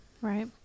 right